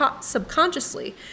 subconsciously